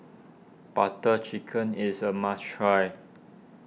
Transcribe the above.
Butter Chicken is a must try